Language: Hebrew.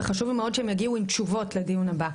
וחשוב לי מאוד שהם יגיעו עם תשובות לדיון הבא.